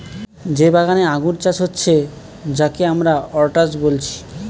যে বাগানে আঙ্গুর চাষ হচ্ছে যাকে আমরা অর্চার্ড বলছি